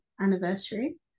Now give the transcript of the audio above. anniversary